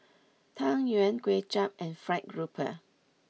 Tang Yuen Kway Chap and Fried Grouper